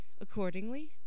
Accordingly